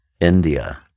India